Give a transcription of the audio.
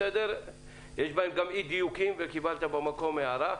יש בהן גם אי-דיוקים וקיבלת במקום הערה.